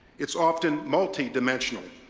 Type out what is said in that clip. it's often multi-dimensional,